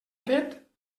fet